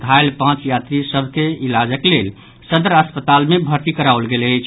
घायल पांच यात्री सभ के इलाजक लेल सदर अस्पताल मे भर्ती कराओल गेल अछि